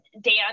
Dan